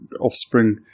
offspring